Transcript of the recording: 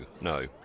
no